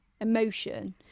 emotion